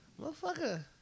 Motherfucker